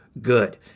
good